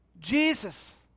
Jesus